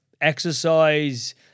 exercise